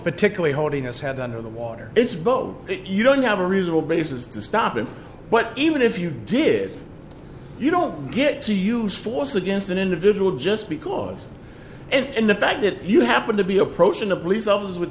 particularly holding his head under the water it's both if you don't have a reasonable basis to stop it but even if you did you don't get to use force against an individual just because and the fact that you happen to be approaching a police officer with